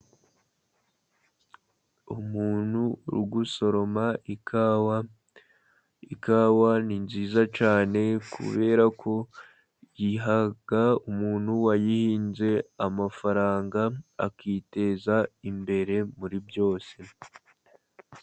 Umuntu uri gusoroma ikawa. Ikawa ni nziza cyane, kubera ko iha umuntu wayihinze amafaranga akiteza imbere muri byose.